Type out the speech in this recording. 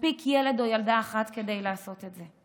מספיק ילד אחד או ילדה אחת כדי לעשות את זה,